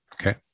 Okay